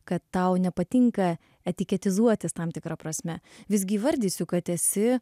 kad tau nepatinka etiketizuotis tam tikra prasme visgi įvardysiu kad esi